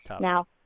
now